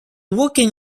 working